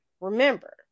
Remember